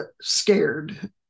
scared